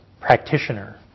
practitioner